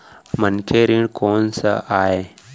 मनखे ऋण कोन स आय?